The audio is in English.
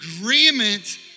agreement